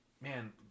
man